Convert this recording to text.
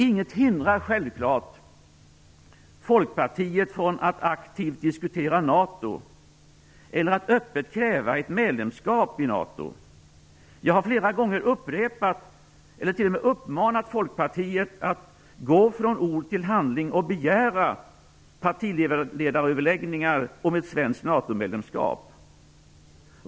Inget hindrar självfallet Folkpartiet från att aktivt diskutera NATO eller att öppet kräva ett medlemskap i NATO. Jag har t.o.m. flera gånger uppmanat Folkpartiet att gå från ord till handling och begära partiledaröverläggningar om ett svenskt NATO medlemskap.